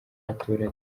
abaturage